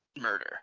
murder